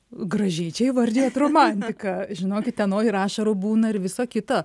gražiai čia įvardijot romantika žinokit ten ir ašarų būna ir viso kito